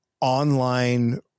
online